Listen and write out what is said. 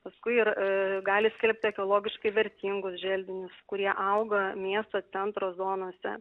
paskui ir gali skelbti ekologiškai vertingus želdinius kurie auga miesto centro zonose